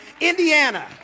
Indiana